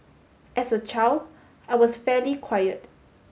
as a child I was fairly quiet